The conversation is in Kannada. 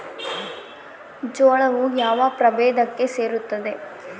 ಜೋಳವು ಯಾವ ಪ್ರಭೇದಕ್ಕೆ ಸೇರುತ್ತದೆ?